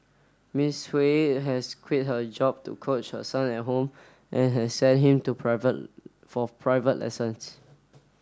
Miss Hui has quit her job to coach her son at home and has sent him to private for private lessons